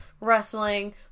wrestling